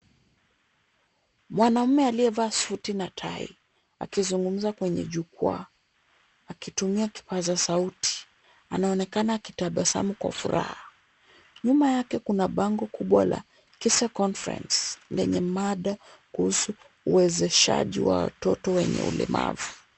Mwanaume aliyevaa suti na tai, akizungumza mbele ya jukwaa akitumia kipaza sauti. Anaonekana akitabasamu kwa furaha. Nyuma yake kuna bango kubwa la KISE conference yenye mada kuhusu uwezeshaji wa watoto wenye ulemavu.